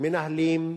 מנהלים,